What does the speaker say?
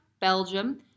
Belgium